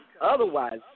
otherwise